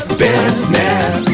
business